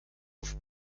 auf